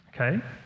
Okay